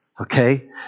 Okay